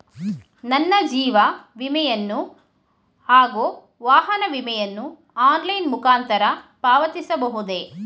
ನನ್ನ ಜೀವ ವಿಮೆಯನ್ನು ಹಾಗೂ ವಾಹನ ವಿಮೆಯನ್ನು ಆನ್ಲೈನ್ ಮುಖಾಂತರ ಪಾವತಿಸಬಹುದೇ?